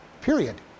Period